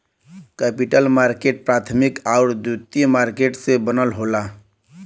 capital market प्राथमिक आउर द्वितीयक मार्केट से बनल होला